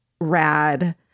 rad